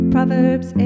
Proverbs